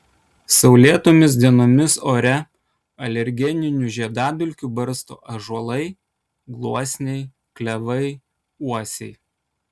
saulėtomis dienomis ore alergeninių žiedadulkių barsto ąžuolai gluosniai klevai uosiai